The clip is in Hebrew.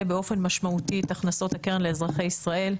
באופן משמעותי את הכנסות הקרן לאזרחי ישראל.